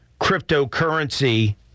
cryptocurrency